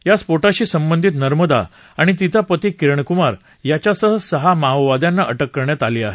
या स्फोटाशी संबंधित नर्मदा आणि तिचा पती किरण कुमार याच्यासह सहा माओवाद्यांना अटक करण्यात आली आहे